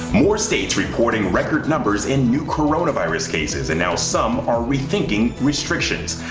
more states reporting record numbers in new coronavirus cases and now some are rethinking restrictions.